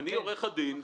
אני עורך הדין.